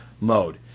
mode